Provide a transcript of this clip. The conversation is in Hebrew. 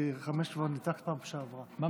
כי חמש, כבר נימקת בפעם שעברה.